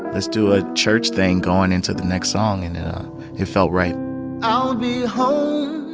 let's do a church thing going into the next song. and it felt right i'll be home